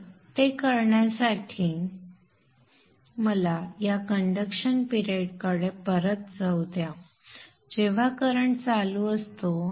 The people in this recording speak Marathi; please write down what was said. तर ते करण्यासाठी मला या कंडक्शन पिरेड कडे परत जाऊ द्या जेव्हा करंट चालू असतो